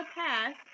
pass